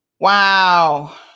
Wow